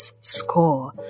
score